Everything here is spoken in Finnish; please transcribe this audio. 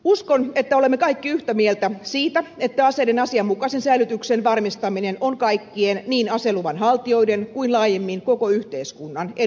uskon että olemme kaikki yhtä mieltä siitä että aseiden asianmukaisen säilytyksen varmistaminen on kaikkien niin aseluvan haltijoiden kuin laajemmin koko yhteiskunnan edun mukaista